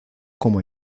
como